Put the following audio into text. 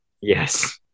Yes